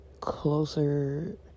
closer